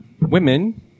women